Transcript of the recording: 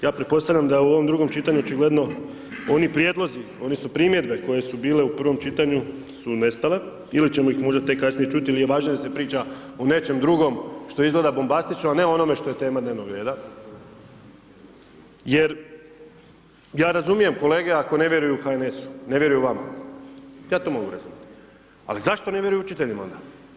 Ja pretpostavljam da je u ovom drugom čitanju očigledno ovi prijedlozi, oni su primjedbe koji su bile u prvom čitanju su nestale ili ćemo ih možda tek kasnije čuti, nije važno, jer se priča o nečem drugom, što izgleda drugačije, a ne o onome što je tema dnevnog reda, jer ja razumijem kolege ako ne vjeruju HNS-u, ne vjeruju nama, ja to mogu razumjeti, ali zašto ne vjeruju učiteljima onda?